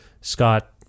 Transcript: Scott